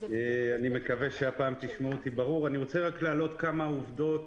אני רוצה להעלות כמה עובדות,